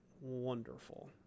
wonderful